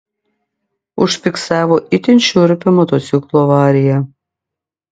užfiksavo itin šiurpią motociklo avariją